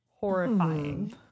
horrifying